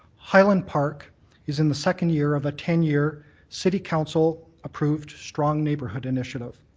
highland park is in the second year of a ten-year city council approved strong neighbourhood initiative.